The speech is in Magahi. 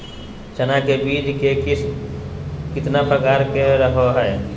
चना के बीज के किस्म कितना प्रकार के रहो हय?